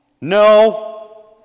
No